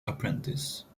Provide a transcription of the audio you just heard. apprentice